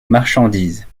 marchandises